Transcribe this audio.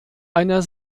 einer